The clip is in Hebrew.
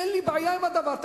אין לי בעיה עם הדבר הזה.